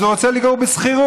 אז הוא רוצה לגור בשכירות,